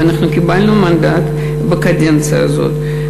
אנחנו קיבלנו מנדט בקדנציה הזאת.